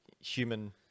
human